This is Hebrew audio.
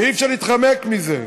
ואי-אפשר להתחמק מזה.